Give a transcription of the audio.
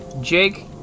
Jake